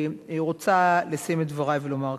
רוצה לסיים את דברי ולומר כך: